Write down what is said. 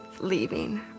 leaving